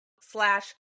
slash